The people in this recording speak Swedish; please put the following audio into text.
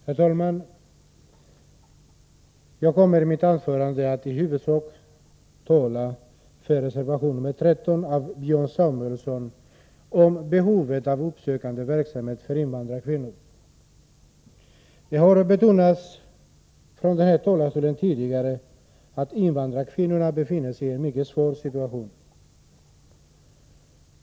Herr talman! Jag kommer i mitt anförande att i huvudsak tala för reservation nr 13 av Björn Samuelson, om behovet av uppsökande verksamhet för invandrarkvinnor. Det har betonats från den här talarstolen tidigare att invandrarkvinnorna befinner sig i en mycket svår situation.